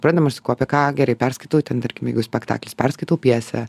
pradėdama aš sakau apie ką gerai ten tarkim jeigu spektaklis perskaitau pjesę